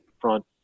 front